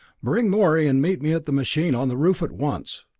bring morey and meet me at the machine on the roof at once.